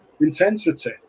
intensity